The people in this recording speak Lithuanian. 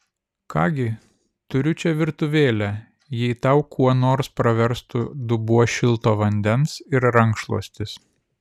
ką gi turiu čia virtuvėlę jei tau kuo nors praverstų dubuo šilto vandens ir rankšluostis